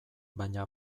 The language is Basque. baina